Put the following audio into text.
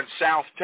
South